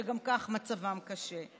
שגם כך מצבם קשה.